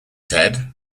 ted